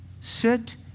sit